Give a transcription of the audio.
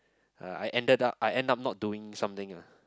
uh I ended up I end up not doing something ah